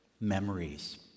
memories